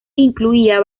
incluía